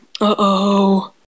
Uh-oh